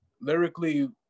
lyrically